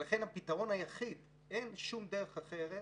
ולכן הפתרון היחיד, אין שום דרך אחרת,